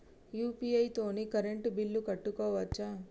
UPI తోని current bill కట్టుకోవచ్ఛా?